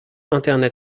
internet